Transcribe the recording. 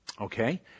Okay